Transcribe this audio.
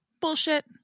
Bullshit